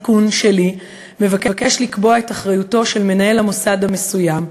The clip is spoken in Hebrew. התיקון שלי מבקש לקבוע את אחריותו של מנהל המוסד המסוים,